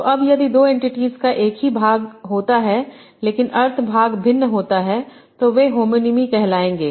तो अब यदि दो एन्टिटीज़ का एक ही भाग होता है लेकिन अर्थ भाग भिन्न होता है तो वे होमोनीमीज़ कहलाएंगे